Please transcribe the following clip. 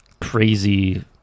crazy